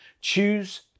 Choose